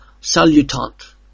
salutant